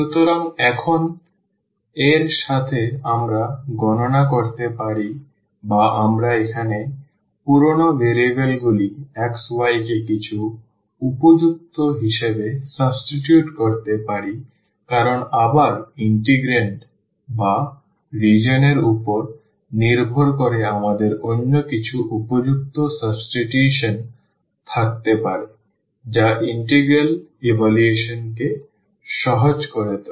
সুতরাং এখন এর সাথে আমরা গণনা করতে পারি বা আমরা এখানে পুরনো ভেরিয়েবলগুলি x y কে কিছু উপযুক্ত হিসাবে সাবস্টিটিউট করতে পারি কারণ আবার ইন্টিগ্রান্ড বা রিজিওন এর উপর নির্ভর করে আমাদের অন্য কিছু উপযুক্ত সাবস্টিটিউশন থাকতে পারে যা ইন্টিগ্রাল ইভালুয়েশনকে সহজ করে তোলে